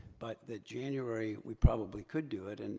but the january, we probably could do it, and